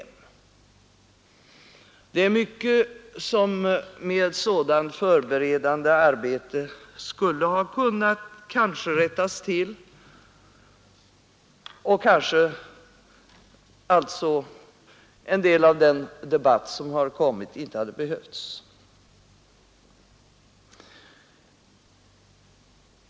Det är mycket som med ett sådant förberedande arbete kanske skulle ha kunnat rättas till, och kanske en del av den debatt som har kommit då inte hade behövts.